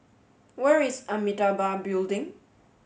where is Amitabha Building